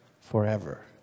forever